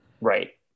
Right